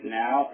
now